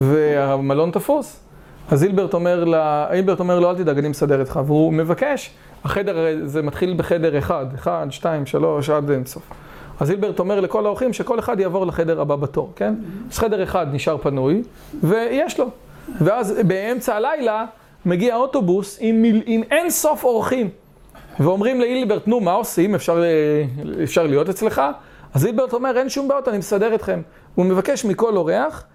והמלון תפוס, אז הילברט אומר לו אל תדאג אני מסדר אותך, והוא מבקש, החדר זה מתחיל בחדר אחד, אחד, שתיים, שלוש, עד לאין סוף. אז הילברט אומר לכל האורחים שכל אחד יעבור לחדר הבא בתור, כן? אז חדר אחד נשאר פנוי, ויש לו. ואז באמצע הלילה מגיע אוטובוס עם אינסוף אורחים, ואומרים להילברט, נו מה עושים, אפשר להיות אצלך? אז הילברט אומר, אין שום בעיות, אני מסדר אתכם. הוא מבקש מכל אורח,